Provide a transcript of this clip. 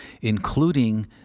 including